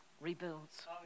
rebuilds